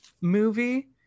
movie